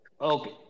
Okay